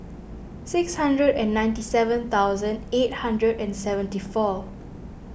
six hundred and ninety seven thousand eight hundred and seventy four